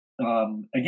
Again